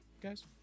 guys